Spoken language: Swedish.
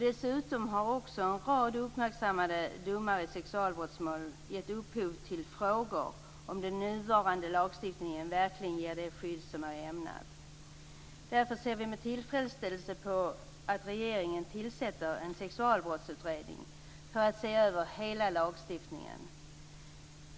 Dessutom har en rad uppmärksammade domar i sexualbrottsmål gett upphov till frågor om den nuvarande lagstiftningen verkligen ger det skydd som var ämnat. Därför ser vi med tillfredsställelse på att regeringen tillsätter en sexualbrottsutredning för att se över hela lagstiftningen.